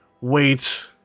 Wait